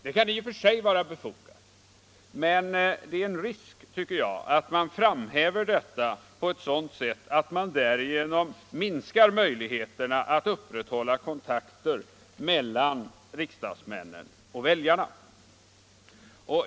Det kan i och för sig vara befogat, men det finns en risk för att man framhäver detta på ett sådant sätt att man minskar möjligheterna att upprätthålla kontakter mellan riksdagsmännen och väljarna.